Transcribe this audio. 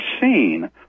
seen